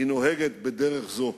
היא נוהגת בדרך זו,